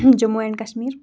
Jammu and Kashmir